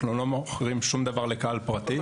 אנחנו לא מוכרים שום דבר לקהל פרטי.